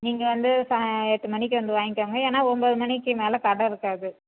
நீங்கள் வந்து சா எட்டு மணிக்கு வந்து வாங்கிக்கோங்க ஏன்னால் ஒம்பது மணிக்கு மேலே கடை இருக்காது